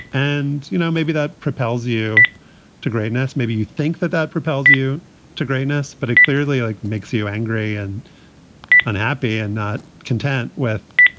and, you know, maybe that propels you to greatness. maybe you think that that propels you to greatness, but it clearly like makes you angry and unhappy and not content with,